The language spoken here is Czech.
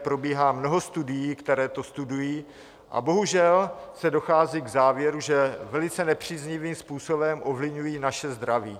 Probíhá mnoho studií, které to studují, a bohužel se dochází k závěru, že velice nepříznivým způsobem ovlivňují naše zdraví.